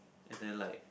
and then like